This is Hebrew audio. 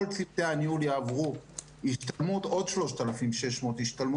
כל צוותי הניהול יעברו השתלמות וזה עוד 3,00 השתלמויות.